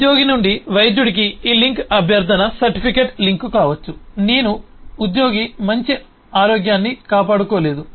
ఉద్యోగి నుండి వైద్యుడికి ఈ లింక్ అభ్యర్థన సర్టిఫికేట్ లింక్ కావచ్చు నేను ఉద్యోగి మంచి ఆరోగ్యాన్ని కాపాడుకోలేదు